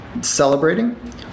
celebrating